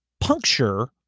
puncture